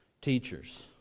teachers